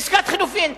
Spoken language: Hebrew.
עסקת חילופין.